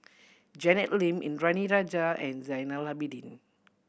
Janet Lim Indranee Rajah and Zainal Abidin